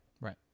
right